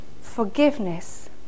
Forgiveness